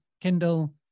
Kindle